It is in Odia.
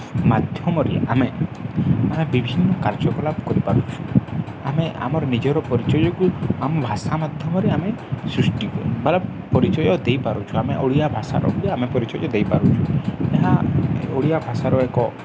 ମାଧ୍ୟମରେ ଆମେ ଆମେ ବିଭିନ୍ନ କାର୍ଯ୍ୟକଳାପ କରିପାରୁଛୁ ଆମେ ଆମର ନିଜର ପରିଚୟକୁ ଆମ ଭାଷା ମାଧ୍ୟମରେ ଆମେ ସୃଷ୍ଟି କରି ବା ପରିଚୟ ଦେଇପାରୁଛୁ ଆମେ ଓଡ଼ିଆ ଭାଷାର ବି ଆମେ ପରିଚୟ ଦେଇପାରୁଛୁ ଏହା ଓଡ଼ିଆ ଭାଷାର ଏକ